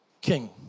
king